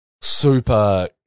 super